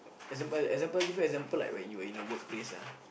example example give you example like when you are in the workplace ah